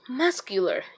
muscular